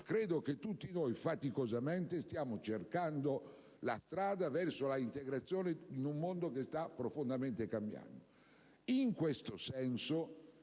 Credo che tutti noi stiamo faticosamente cercando la strada verso l'integrazione in un mondo che sta profondamente cambiando.